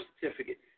certificate